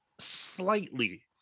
Slightly